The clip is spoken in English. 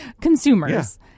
consumers